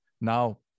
now